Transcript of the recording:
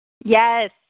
Yes